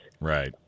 Right